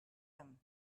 him